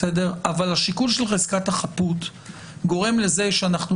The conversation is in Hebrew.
אבל השיקול של חזקת החפות גורם לזה שאנחנו